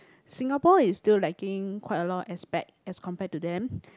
Singapore is still lacking quite a lot of aspect as compared to them